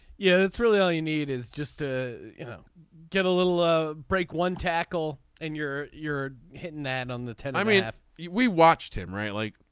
yeah it's really all you need is just to you know get a little ah break one tackle and you're you're hitting that on the ten. i mean if we watched him right like